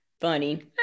funny